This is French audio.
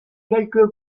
quelques